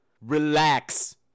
Relax